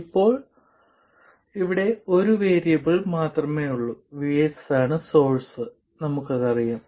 ഇപ്പോൾ ഇവിടെ ഒരു വേരിയബിൾ മാത്രമേയുള്ളൂ VS ആണ് സോഴ്സ് നമുക്കതറിയാം